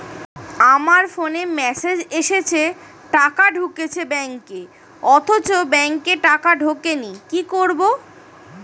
আমার ফোনে মেসেজ এসেছে টাকা ঢুকেছে ব্যাঙ্কে অথচ ব্যাংকে টাকা ঢোকেনি কি করবো?